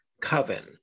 coven